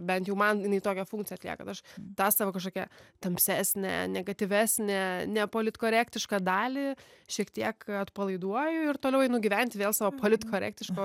bent jau man jinai tokią funkciją atlieka aš tą savo kažkokią tamsesnę negatyvesnę nepolitkorektišką dalį šiek tiek atpalaiduoju ir toliau einu gyventi vėl savo politkorektiško